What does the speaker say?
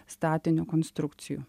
statinio konstrukcijų